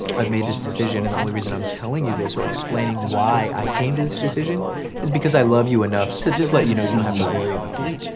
i've made this decision and the only reason i'm telling you this or explaining why i came to this decision is because i love you enough to just let you know you don't have to worry about me.